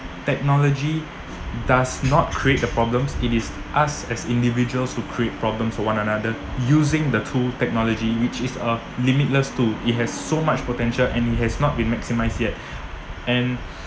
technology does not create the problems it is us as individuals who create problems for one another using the tool technology which is a limitless tool it has so much potential and it has not been maximise yet and